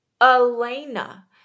Elena